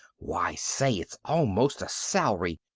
why say, it's almost a salary.